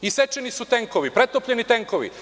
Isečeni su tenkovi, pretopljeni tenkovi.